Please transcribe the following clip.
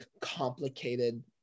complicated